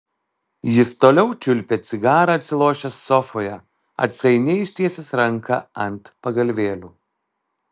jis toliau čiulpė cigarą atsilošęs sofoje atsainiai ištiesęs ranką ant pagalvėlių